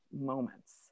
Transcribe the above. moments